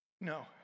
No